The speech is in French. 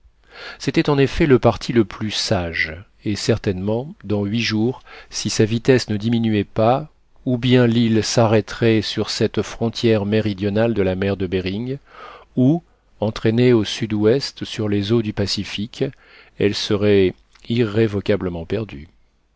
c'était en effet le parti le plus sage et certainement dans huit jours si sa vitesse ne diminuait pas ou bien l'île s'arrêterait sur cette frontière méridionale de la mer de behring ou entraînée au sud-ouest sur les eaux du pacifique elle serait irrévocablement perdue